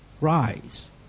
rise